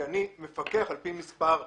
כי אני מפקח לפי מספר נהגים.